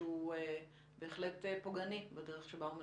שהוא בהחלט פוגעני בדרך שבה הוא מנוסח.